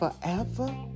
forever